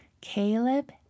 Caleb